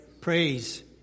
praise